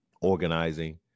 organizing